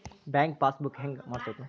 Bank passbook ಹೆಂಗ್ ಮಾಡ್ಸೋದು?